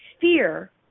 fear